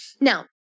Now